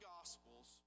Gospels